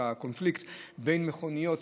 את הקונפליקט בין מכוניות.